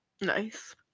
Nice